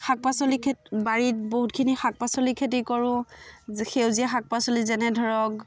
শাক পাচলি খেত বাৰীত বহুতখিনি শাক পাচলি খেতি কৰোঁ সেউজীয়া শাক পাচলি যেনে ধৰক